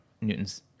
Newton's